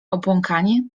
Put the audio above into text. obłąkanie